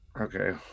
Okay